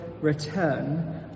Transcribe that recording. return